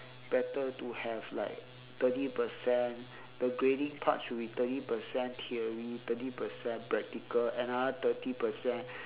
better to have like thirty percent the grading part should be thirty percent theory thirty percent practical another thirty percent